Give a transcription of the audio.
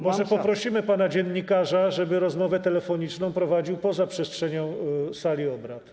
Może poprosimy pana dziennikarza, żeby rozmowę telefoniczną prowadził poza przestrzenią sali obrad.